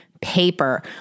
Paper